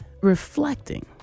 reflecting